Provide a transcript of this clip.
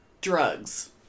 drugs